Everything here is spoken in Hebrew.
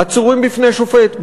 עצורים בפני שופט,